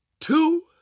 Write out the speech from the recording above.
two